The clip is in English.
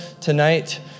tonight